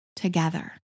together